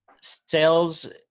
Sales